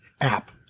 app